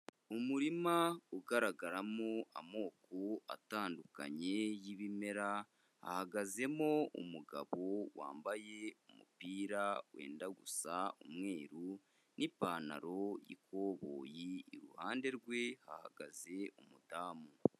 Umurima ugaragaramo amoko atandukanye y'ibimera hahagazemo umugabo wambaye umupira wenda gusa umweru n'ipantaro y'ikoboyi, iruhande rwe hahagaze umudamu.